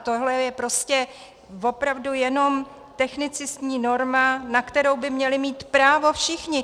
Tohle je prostě opravdu jenom technicistní norma, na kterou by měli mít právo všichni.